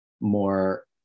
more